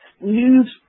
news